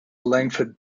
langford